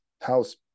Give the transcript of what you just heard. house